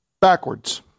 Backwards